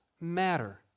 matter